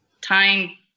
time